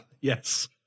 Yes